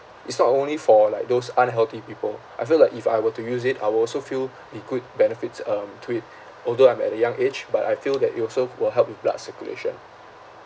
it's not only for like those unhealthy people I feel like if I were to use it I will also feel the good benefits um to it although I'm at a young age but I feel that it also will help with blood circulation